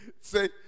Say